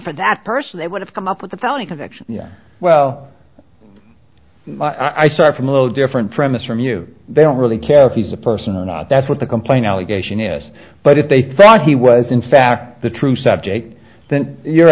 for that person they would have come up with a felony conviction well i start from a little different from this from you they don't really care if he's a person or not that's what the complaint allegation is but if they thought he was in fact the true subject then you're